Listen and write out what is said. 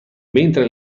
mentre